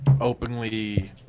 openly